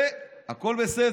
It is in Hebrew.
זה, הכול בסדר.